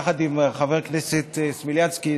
יחד עם חבר הכנסת סלומינסקי,